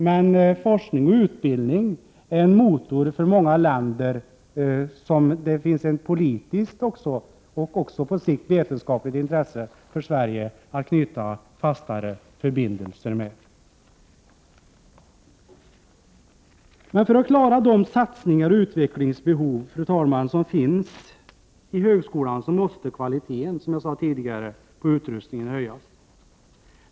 Men forskning och utbildning är en motor för många länder som det för Sverige finns ett politiskt och på sikt även ett vetenskaligt intresse att knyta fastare förbindelser med. För att man skall kunna klara de satsningar och det utvecklingsbehov som finns i högskolan måste, som jag sade tidigare, kvaliteten på utrustningen höjas.